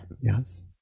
Yes